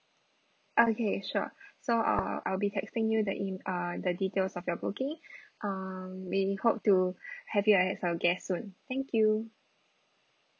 okay sure so uh I'll be texting you the e~ uh the details of your booking um we hope to have you as our guest soon thank you